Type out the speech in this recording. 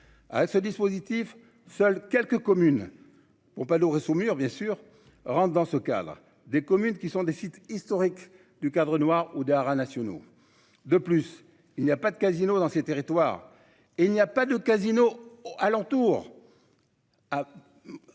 à ce dispositif. Seules quelques communes. Pour pas lourd et mur bien sûr rentre dans ce cadre, des communes qui sont des sites historiques du Cadre Noir ou daaras nationaux. De plus il n'y a pas de casinos dans ces territoires et il n'y a pas de casino au alentours.